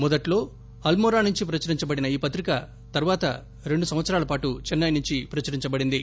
మొదట్లో అల్మోరా నుండి ప్రచురించబడిన ఈ పత్రిక తర్వాత రెండుసంవత్సరాల పాటు చెన్సయ్ నుంచి ప్రచురించబడింది